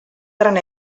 gran